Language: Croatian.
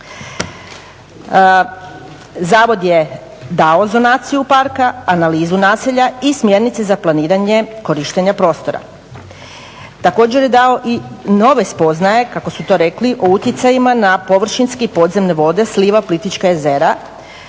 Zavod je dao zonaciju parka, analizu naselja i smjernice za planiranje korištenja prostora. Također je dao i nove spoznaje kako su to rekli o utjecajima na površinske i podzemne vode sliva Plitvička jezera